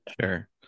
Sure